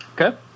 Okay